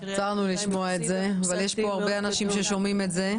צר לנו לשמוע את זה אבל יש פה הרבה אנשים ששומעים את זה.